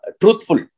truthful